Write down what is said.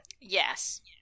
Yes